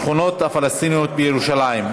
בנושא: היוזמה החדשה להפרדת השכונות הפלסטיניות בירושלים,